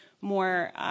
more